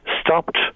stopped